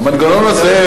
המנגנון הזה,